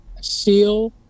Seal